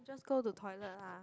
just go to toilet lah